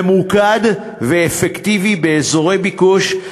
ממוקד ואפקטיבי באזורי ביקוש,